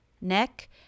neck